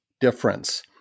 difference